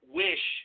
wish